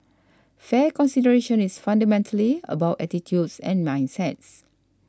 fair consideration is fundamentally about attitudes and mindsets